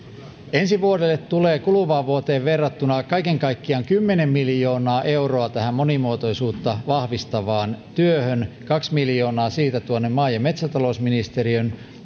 ensi vuodelle tulee kuluvaan vuoteen verrattuna kaiken kaikkiaan kymmenen miljoonaa euroa tähän monimuotoisuutta vahvistavaan työhön siitä kaksi miljoonaa maa ja metsätalousministeriön